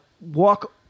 Walk